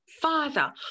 Father